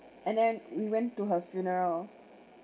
and then we went to her funeral